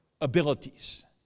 abilities